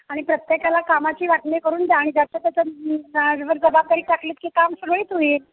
आणि प्रत्येकाला कामाची वाटणी करून द्या आणि जास्त तर जबाबदारी टाकलीत की काम सुरळीत होईल